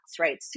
right